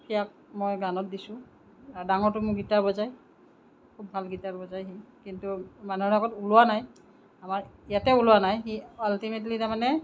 ইয়াক মই গানত দিছোঁ আৰু ডাঙৰটো মোৰ গিটাৰ বজায় খুব ভাল গিটাৰ বজায় সি কিন্তু মানুহৰ আগত ওলোৱা নাই আমাৰ ইয়াতে ওলোৱা নাই সি আল্টিমেটলি তাৰমানে